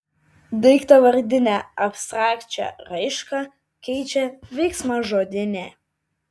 daiktavardinę abstrakčią raišką keičia veiksmažodinė